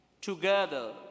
Together